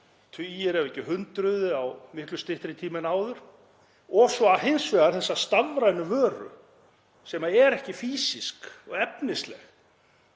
tugi ef ekki hundruð á miklu styttri tíma en áður, og svo hins vegar þessa stafrænu vöru sem eru ekki fýsísk og efnisleg